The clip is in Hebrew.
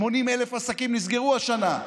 80,000 עסקים נסגרו השנה.